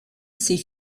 ses